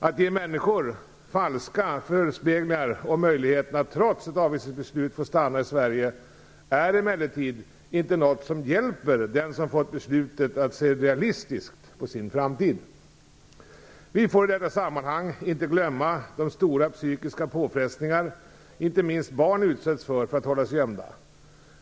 Att ge människor falska förespeglingar om möjligheten att trots ett avvisningsbeslut få stanna i Sverige är emellertid inte något som hjälper den som fått beslutet att se realistiskt på sin framtid. Vi får i detta sammanhang inte glömma de stora psykiska påfrestningar som inte minst barn utsätts för om de hålls gömda.